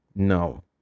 No